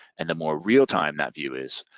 and the more real time that view is,